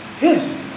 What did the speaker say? Yes